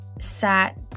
sat